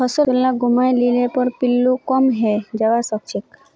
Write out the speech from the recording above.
फसल लाक घूमाय लिले पर पिल्लू कम हैं जबा सखछेक